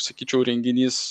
sakyčiau renginys